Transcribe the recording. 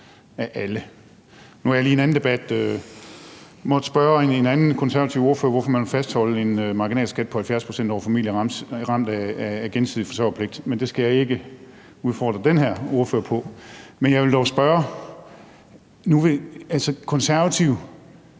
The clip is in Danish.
Nu har jeg lige i en anden debat måttet spørge en anden konservativ ordfører om, hvorfor man vil fastholde en marginalskat på 70 pct. for familier ramt af den gensidige forsørgerpligt, men det skal jeg ikke udfordre den her ordfører på. Men jeg vil dog spørge: